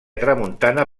tramuntana